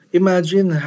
imagine